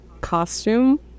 costume